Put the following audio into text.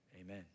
amen